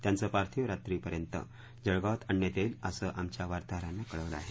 त्यांचं पार्थिव रात्री पर्यंत जळगावात आणण्यात येईल असं आमच्या वार्ताहरानं कळवलं आहे